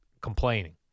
complaining